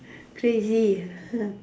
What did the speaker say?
crazy